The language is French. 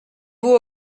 vous